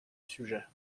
sujet